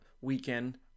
weekend